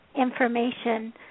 information